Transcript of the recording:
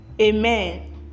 Amen